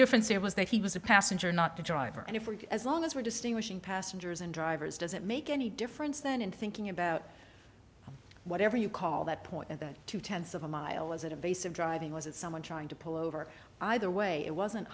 difference here was that he was a passenger not the driver and if we get as long as we're distinguishing passengers and drivers does it make any difference then in thinking about whatever you call that point in the two tenths of a mile is it a base of driving was it someone trying to pull over either way it wasn't